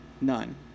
None